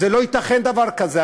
לא ייתכן דבר כזה.